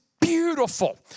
beautiful